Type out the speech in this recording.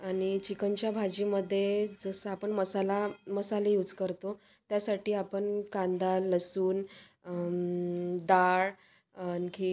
आणि चिकनच्या भाजीमध्ये जसं आपण मसाला मसाले यूज करतो त्यासाठी आपण कांदा लसूण डाळ आणखी